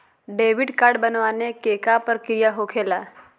Debit card बनवाने के का प्रक्रिया होखेला?